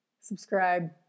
subscribe